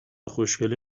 خوشکله